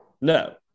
No